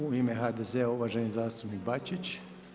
U ime HDZ-a uvaženi zastupnik Bačić.